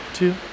Two